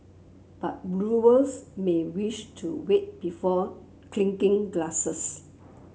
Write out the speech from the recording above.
but brewers may wish to wait before clinking glasses